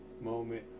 moment